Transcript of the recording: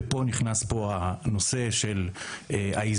ופה נכנס הנושא של האיזונים.